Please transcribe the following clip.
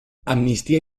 amnistía